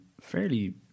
fairly